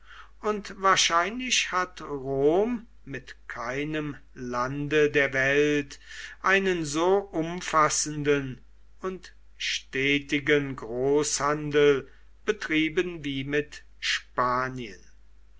und wahrscheinlich hat rom mit keinem lande der welt einen so umfassenden und stetigen großhandel betrieben wie mit spanien